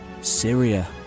Syria